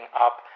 up